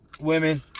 women